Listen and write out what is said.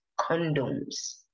condoms